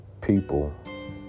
people